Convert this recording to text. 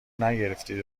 نگرفتی